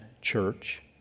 church